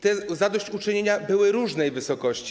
Te zadośćuczynienia były różnej wysokości.